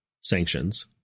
sanctions